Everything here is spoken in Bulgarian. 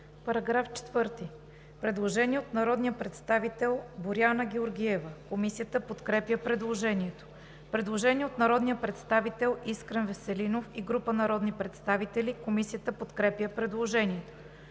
По § 4 има предложение от народния представител Боряна Георгиева. Комисията подкрепя предложението. Предложение от народния представител Искрен Веселинов и група народни представители. Комисията подкрепя предложението.